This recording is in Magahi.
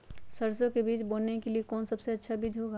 सरसो के बीज बोने के लिए कौन सबसे अच्छा बीज होगा?